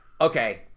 okay